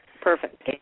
Perfect